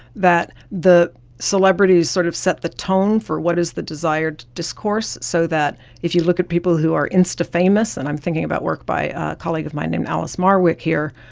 that the celebrities sort of set the tone for what is the desired discourse, so that if you look at people who are insta-famous, and i'm thinking about work by a colleague of mine named alice marwick here.